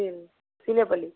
சீ Seelapalli